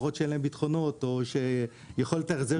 לקוחות שאין להם ביטחונות או שיכולת ההחזר